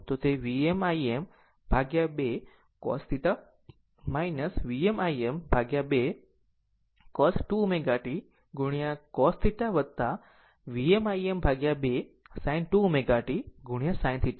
જો તમે આવું કરો છો તો તે Vm Im ભાગ્યા 2 cos θ Vm Im ભાગ્યા 2 cos 2 ω t ગુણ્યા cos θ Vm Im ભાગ્યા 2 sin 2 ω t ગુણ્યા sin θ